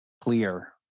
clear